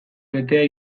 betea